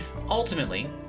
Ultimately